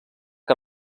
que